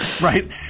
Right